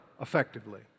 effectively